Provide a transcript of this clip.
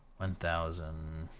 one thousand,